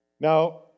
Now